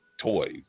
toys